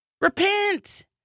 Repent